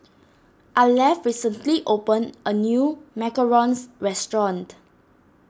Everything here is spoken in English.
Arleth recently opened a new Macarons restaurant